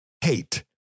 hate